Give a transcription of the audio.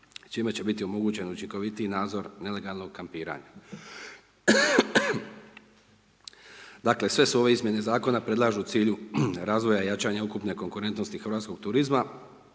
čime će biti omogućen učinkovitiji nadzor nelegalnog kampiranja. Dakle, sve su ove izmjene zakona predlažu u cilju razvoja i jačanja ukupne konkurentnosti hrvatskog turizma.